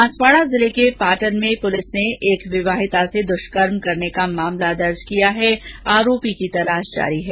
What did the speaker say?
बांसवाड़ा जिले के पाटन में पुलिस ने एक विवाहिता से दृष्कर्म करने का मामला दर्ज किया है आरोपी की तलाशी जारी है